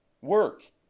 work